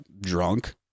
drunk